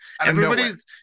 Everybody's